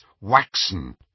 waxen